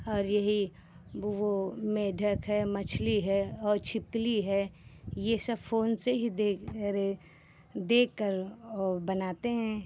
और यही वो वो मेढक है मछली है और छिपकली है ये सब फोन से ही देख अरे देखकर और बनाते हैं